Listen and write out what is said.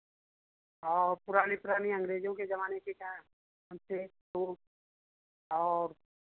और पुरानी पुरानी अंग्रेजों के ज़माने की तोप और